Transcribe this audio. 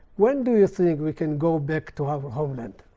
when do you think we can go back to our homeland,